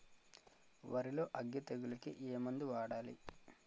వరిలో అగ్గి తెగులకి ఏ మందు వాడాలి?